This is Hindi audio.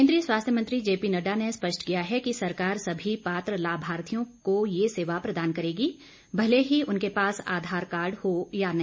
केन्द्रीय स्वास्थ्य मंत्री जे पी नड्डा ने स्पष्ट किया है कि सरकार सभी पात्र लाभार्थियों को ये सेवा प्रदान करेगी भले ही उनके पास आधार कार्ड हो या नहीं